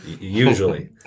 Usually